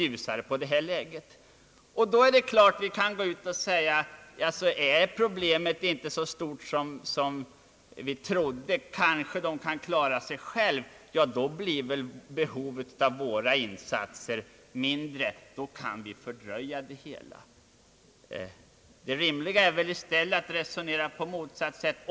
Då kan vi naturligtvis frestas att antaga den uppfattningen att problemet tydligen inte är så stort som vi trodde och att behovet av våra insatser blivit mindre. Det rimliga är i stället att resonera på motsatt sätt.